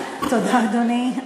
תודה, אדוני.